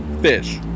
fish